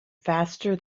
faster